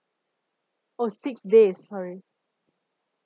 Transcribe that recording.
oh six days sorry